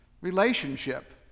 Relationship